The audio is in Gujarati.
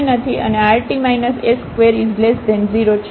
તો k શૂન્ય નથી અને આ rt s20 છે